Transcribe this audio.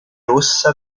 rossa